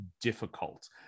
difficult